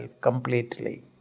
completely